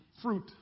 Fruit